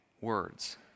words